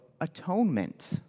atonement